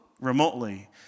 remotely